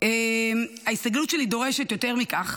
האוכלוסייה הכי מוחלשת, נרדפת,